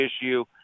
issue